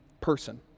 person